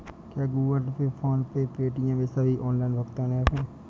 क्या Google Pay PhonePe Paytm ये सभी ऑनलाइन भुगतान ऐप हैं?